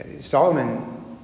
Solomon